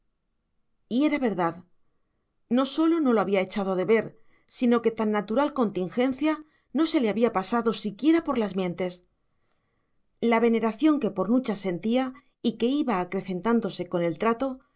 y era verdad no sólo no lo había echado de ver sino que tan natural contingencia no se le había pasado siquiera por las mientes la veneración que por nucha sentía y que iba acrecentándose con el trato